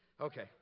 okay